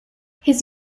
his